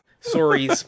sorry